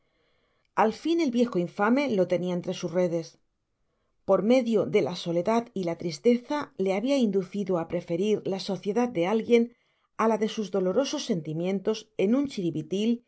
al fin el viejo infame lo tenia enlre sus redes por medio de la soledad y la tristeza le habia inducido a preferir la sociedad de alguien á la de sus dolorosos sentimientos en un